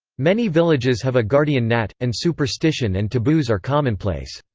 many villages have a guardian nat, and superstition and taboos are commonplace.